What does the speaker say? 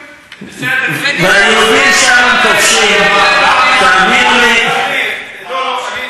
והיהודים שם כובשים, תאמין לי, אין ספק